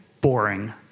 boring